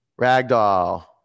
Ragdoll